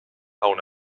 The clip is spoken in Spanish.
aun